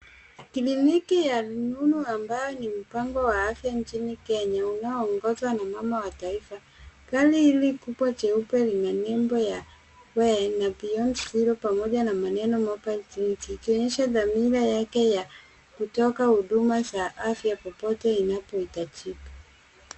Kliniki ya rununu ambayo ni mpango wa afya nchini Kenya unaoongozwa na mama wa taifa. Gari hili kubwa jeupe lina nembo ya We na Beyond Zero pamoja na maneno Mobile Clinic , ikionyesha dhamira yake ya kutoka huduma za afya popote inapohitajika.